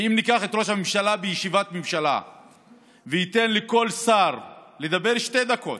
כי אם ראש הממשלה בישיבת ממשלה ייתן לכל שר לדבר שתי דקות,